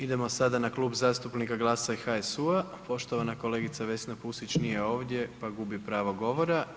Idemo sada na Klub zastupnika GLAS-a i HSU-a, poštovana kolegica Vesna Pusić nije ovdje pa gubi pravo govora.